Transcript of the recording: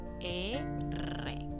ere